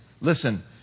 listen